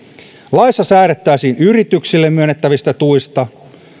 laissa säädettäisiin yrityksille myönnettävistä tuista